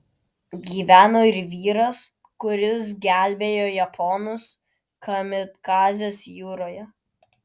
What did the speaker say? gyveno ir vyras kuris gelbėjo japonus kamikadzes jūroje